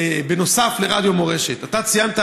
בנוסף לרדיו מורשת: אתה ציינת,